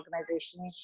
organization